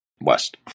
West